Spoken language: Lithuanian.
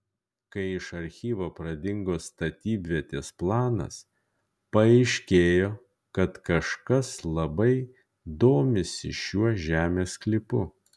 kai iš archyvo pradingo statybvietės planas paaiškėjo kad kažkas labai domisi šiuo žemės sklypu